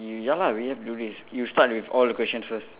ya lah we have to do this you start with all the questions first